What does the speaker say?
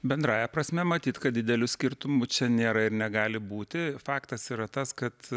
bendrąja prasme matyt kad didelių skirtumų čia nėra ir negali būti faktas yra tas kad